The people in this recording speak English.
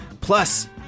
plus